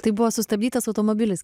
tai buvo sustabdytas automobilis